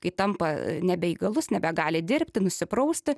kai tampa nebeįgalus nebegali dirbti nusiprausti